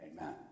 Amen